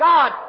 God